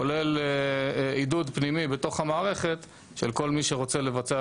כולל עידוד פנימי בתוך המערכת של כל מי שרוצה לבצע